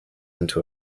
into